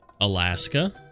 Alaska